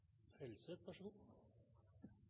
studieplass: Vær så god